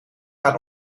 gaat